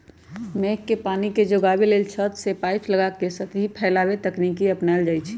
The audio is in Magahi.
मेघ के पानी के जोगाबे लेल छत से पाइप लगा के सतही फैलाव तकनीकी अपनायल जाई छै